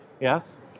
Yes